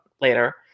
later